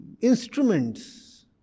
instruments